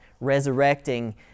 resurrecting